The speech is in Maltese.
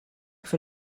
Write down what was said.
kif